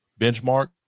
Benchmark